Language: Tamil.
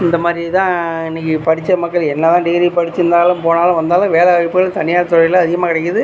இந்தமாதிரி தான் இன்னைக்கு படித்த மக்கள் என்னதான் டிகிரி படித்திருந்தாலும் போனாலும் வந்தாலும் வேலை வாய்ப்புகள் தனியார்துறையில் அதிகமாக கிடைக்கிது